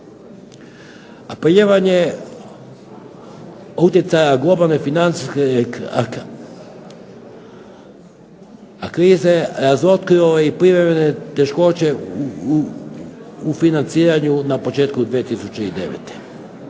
reprogramiranja. Utjecaja globalne financijske krize razotkrilo je privremene teškoće u financiranju na početku 2009.